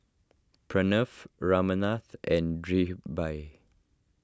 Pranav Ramnath and Dhirubhai